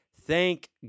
thank